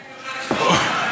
אני באתי במיוחד לשמוע אותך,